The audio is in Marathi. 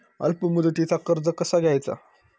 अल्प मुदतीचा कर्ज कसा घ्यायचा?